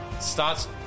Starts